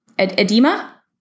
Edema